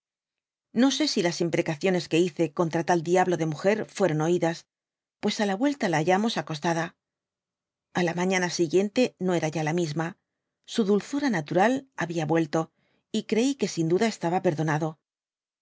no só si las iaiprecaciones que hice contra tal diablo de máger fueron oídas pues á la vuelta la hallamos acostada a la mañana siguiente no era ya la mínna su dukura natural habia vnelto y creí que sin duda estaba perdonado